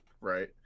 Right